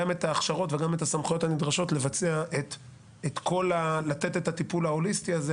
את ההכשרות וגם את הסמכויות הנדרשות כדי לתת את הטיפול ההוליסטי הזה